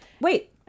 Wait